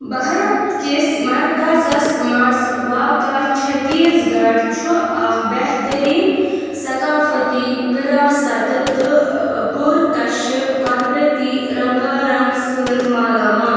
بھارت کِس مرکزَس منٛز واقع چھتیٖس گڑھ چھُ اکھ بہترین ثقافتی وِراثَتہٕ تہٕ پُرکشہٕ قۄدرتی رنگارنگ سۭتۍ مالا مال